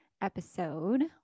episode